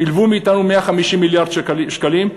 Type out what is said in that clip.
לוו מאתנו 150 מיליארד שקלים,